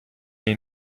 est